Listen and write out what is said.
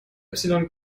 epsilon